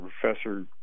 professor